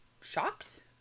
shocked